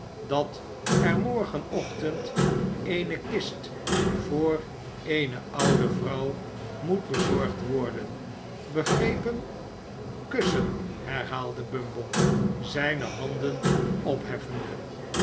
dat er morgenochtend eene kist voor eene oude vrouw moet bezorgd worden begrepen kussen herhaalde bumble zijne handen opheffende